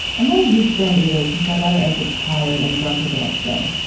i'm not a huge fan either, since my daughter ends up tired and grumpy the next day.